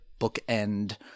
bookend